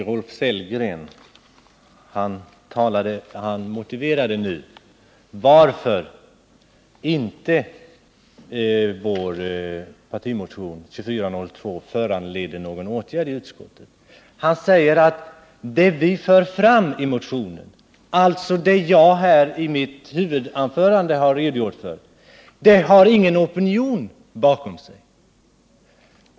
Herr talman! Rolf Sellgren motiverade nu varför vår partimotion 2402 inte föranlett någon åtgärd i utskottet: Det vi för fram i motionen, alltså det jag har redogjort för i mitt huvudanförande, har ingen opinion bakom sig!